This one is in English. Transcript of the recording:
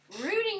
Rooting